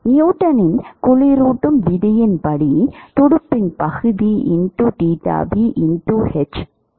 நியூட்டனின் குளிரூட்டும் விதியின்படி துடுப்பின் பகுதி h ஆல் வழங்கப்படுகிறது